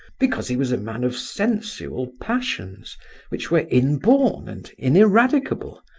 because he was a man of sensual passions which were inborn and ineradicable,